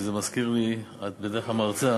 זה מזכיר לי, את בדרך כלל מרצה.